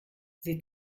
sie